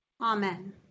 Amen